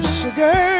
sugar